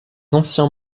anciens